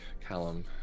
Callum